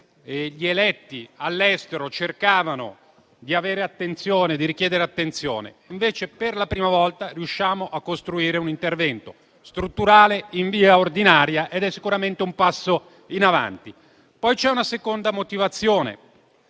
gli eletti all'estero cercavano di ottenere attenzione. Invece, per la prima volta, riusciamo a costruire un intervento strutturale in via ordinaria, ed è sicuramente un passo in avanti. C'è poi una seconda motivazione,